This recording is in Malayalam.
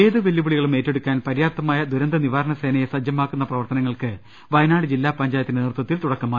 ഏതു വെല്ലുവിളികളും ഏറ്റെടുക്കാൻ പര്യാപ്തമായ ദുരന്ത നിവാ രണ സേനയെ സജ്ജമാക്കുന്ന പ്രവർത്തനങ്ങൾക്ക് വയനാട് ജില്ലാ പഞ്ചായത്തിന്റെ നേതൃത്വത്തിൽ തുടക്കമായി